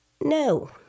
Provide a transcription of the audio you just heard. no